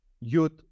youth